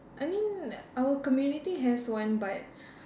I mean our community has one but